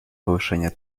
повышения